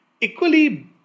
equally